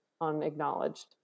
unacknowledged